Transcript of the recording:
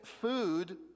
food